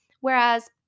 Whereas